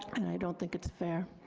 and i don't think it's fair.